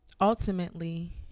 ultimately